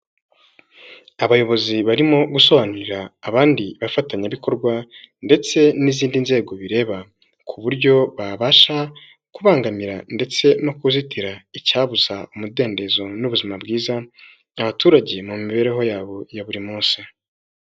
Abayobozi barimo gusobanurira abandi bafatanyabikorwa ndetse n'izindi nzego bireba, ku buryo babasha kubangamira ndetse no kuzitira icyabuza umudendezo n'ubuzima bwiza abaturage mu mibereho yabo ya buri munsi.